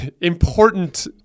important